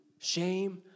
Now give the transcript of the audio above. Shame